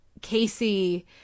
Casey